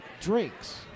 drinks